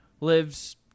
lives